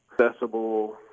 accessible